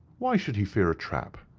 why should he fear a trap?